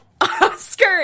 Oscar